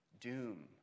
Doom